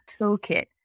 toolkit